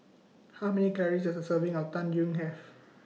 How Many Calories Does A Serving of Tang Yuen Have